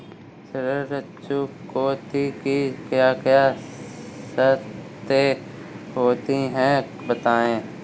ऋण चुकौती की क्या क्या शर्तें होती हैं बताएँ?